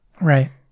right